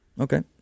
Okay